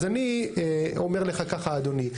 אז אני אומר לך ככה אדוני,